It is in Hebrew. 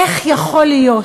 איך יכול להיות